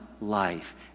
life